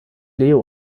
leo